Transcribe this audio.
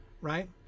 right